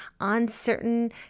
uncertain